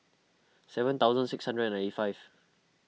seven thousand six hundred and ninety five